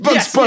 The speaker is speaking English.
Yes